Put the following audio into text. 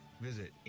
Visit